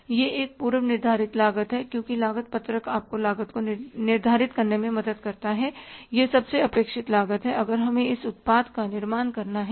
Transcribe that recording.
यह एक पूर्व निर्धारित लागत है क्योंकि लागत पत्रक आपको लागत को निर्धारित करने में मदद करता है यह सबसे अपेक्षित लागत अगर हमें इस उत्पाद का निर्माण करना है